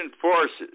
forces